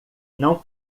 não